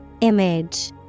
Image